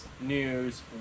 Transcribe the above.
news